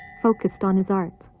focussed on his art.